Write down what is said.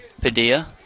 Padilla